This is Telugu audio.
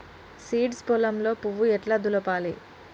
సీడ్స్ పొలంలో పువ్వు ఎట్లా దులపాలి?